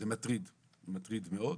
זה מטריד, מטריד מאוד.